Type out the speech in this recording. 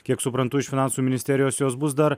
kiek suprantu iš finansų ministerijos jos bus dar